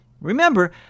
Remember